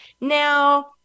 Now